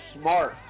smart